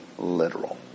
Literal